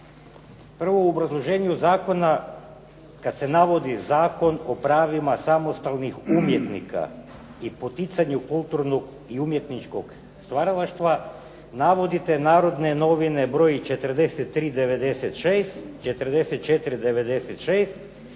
Prvo u obrazloženju zakona, kada se navodi zakon o pravima samostalnih umjetnika i poticanju kulturnog i umjetničkog stvaralaštva navodite "Narodne novine" broj 43/96., 44/96.